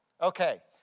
Okay